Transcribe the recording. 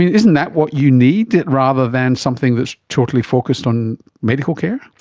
isn't that what you need rather than something that is totally focused on medical care?